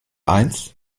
eins